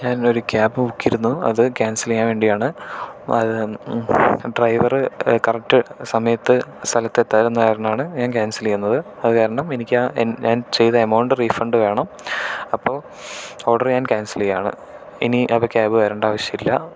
ഞാൻ ഒരു cab book ചെയ്തിരുന്നു അത് ക്യാൻസൽ ചെയ്യാൻ വേണ്ടിയാണ് അത് ഡ്രൈവർ കറക്ട സമയത്തു സ്ഥലത്തെത്താത്തതു കാരണം ആണ് ഞാൻ ക്യാൻസൽ ചെയ്യുന്നത് അത് കാരണം എനിക്കാ ഞാൻ ചെയ്ത എമൗണ്ട് റീഫണ്ട് വേണം അപ്പോൾ ഓർഡർ ഞാൻ ക്യാൻസൽ ചെയ്യുകയാണ് ഇനി എനിക്ക് ക്യാബ് വേണ്ട ആവശ്യം ഇല്ല